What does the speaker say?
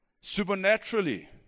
supernaturally